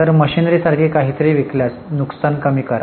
तर मशिनरीसारखे काहीतरी विकल्यास नुकसान कमी करा